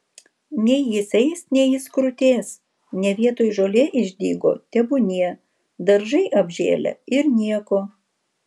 nei jis eis nei jis krutės ne vietoj žolė išdygo tebūnie daržai apžėlę ir nieko